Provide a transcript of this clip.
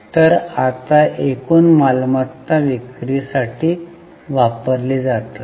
तर आता एकूण मालमत्ता विक्री साठी वापरली जातात